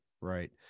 right